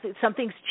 Something's